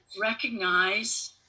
recognize